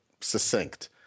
succinct